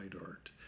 art